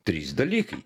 trys dalykai